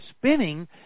spinning